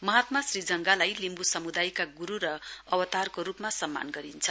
महात्मा श्रीजंगालाई लिम्ब् सम्दायका ग्रू र अवतारको रूपमा सम्मान गरिन्छ